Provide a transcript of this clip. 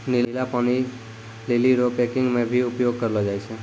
नीला पानी लीली रो पैकिंग मे भी उपयोग करलो जाय छै